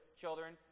children